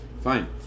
Fine